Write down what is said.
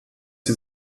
sie